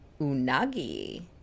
Unagi